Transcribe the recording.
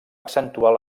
accentuar